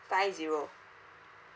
five zero